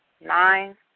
nine